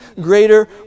greater